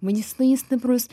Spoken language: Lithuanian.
vaistai stiprūs